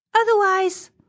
Otherwise